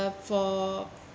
for